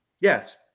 yes